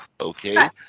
okay